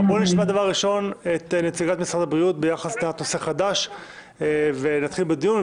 בואו נשמע את נציגת משרד הבריאות ביחס לטענת נושא חדש ונתחיל בדיון,